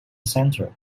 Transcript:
centre